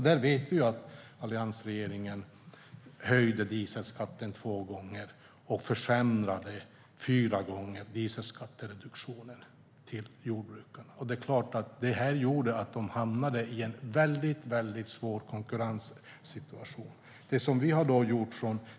Vi vet att alliansregeringen höjde dieselskatten två gånger och försämrade dieselskattereduktionen till jordbrukarna fyra gånger. Det är klart att detta gjorde att de hamnade i en väldigt, väldigt svår konkurrenssituation.